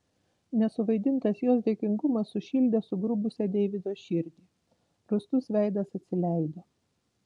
nesuvaidintas jos dėkingumas sušildė sugrubusią deivido širdį rūstus veidas atsileido